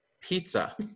pizza